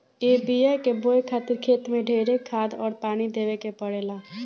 ए बिया के बोए खातिर खेत मे ढेरे खाद अउर पानी देवे के पड़ेला